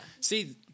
See